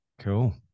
Cool